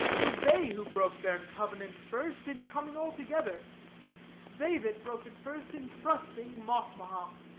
twas they who broke their covenant first, in coming all together they that broke it first, in trusting mocmohoc.